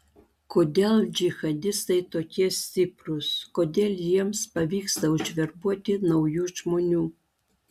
kodėl džihadistai tokie stiprūs kodėl jiems pavyksta užverbuoti naujų žmonių